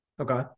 Okay